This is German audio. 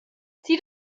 zieht